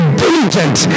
diligent